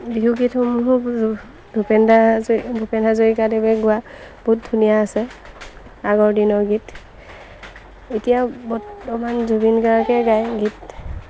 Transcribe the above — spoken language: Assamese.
বিহু গীতসমূহ ভূপেনদা জ ভূপেন হাজৰিকাদেৱে গোৱা বহুত ধুনীয়া আছে আগৰ দিনৰ গীত এতিয়া বৰ্তমান জুবিন গাৰ্গে গায় গীত